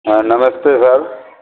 हँ नमस्ते सर